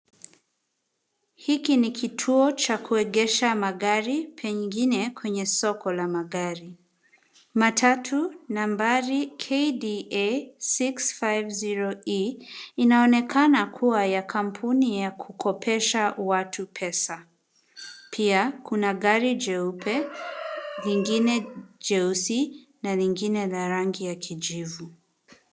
Hiki ni kituo cha kuegesha magari pengine kwenye soko la magari. Matatu nambari KDA 650E inaonekana kuwa ya kampuni ya kukopesha watu pesa. Pia kuna gari jeupe, lingine jeusi na lingine za rangi ya kijivu.